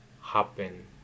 happen